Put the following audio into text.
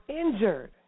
injured